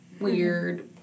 weird